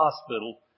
hospital